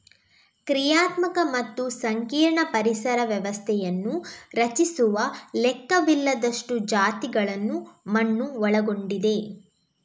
ಕ್ರಿಯಾತ್ಮಕ ಮತ್ತು ಸಂಕೀರ್ಣ ಪರಿಸರ ವ್ಯವಸ್ಥೆಯನ್ನು ರಚಿಸುವ ಲೆಕ್ಕವಿಲ್ಲದಷ್ಟು ಜಾತಿಗಳನ್ನು ಮಣ್ಣು ಒಳಗೊಂಡಿದೆ